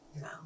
no